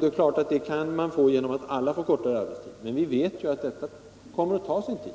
Det är klart att problemet kan lösas genom att alla får kortare arbetstid, men vi vet ju att detta kommer att ta sin tid.